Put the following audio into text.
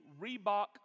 Reebok